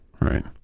Right